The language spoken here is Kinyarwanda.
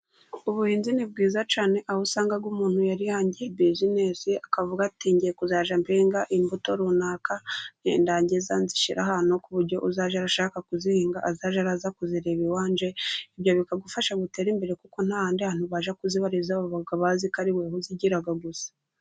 Ubuhinzi ni bwiza cyane aho usanga umuntu yari yangiye bizinesi, akavuga ati ngiye kuzajya mpinga imbuto runaka, ni ndangiza nzishyire ahantu ku buryo uzajya arashaka kuzihinga azajya araza kuzireba iwanjye, ibyo bikagufasha gutera imbere kuko nta handi hantu bajya kuzibariza, kuko baba bazi ko ari wowe uzigira gusa.